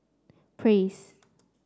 praise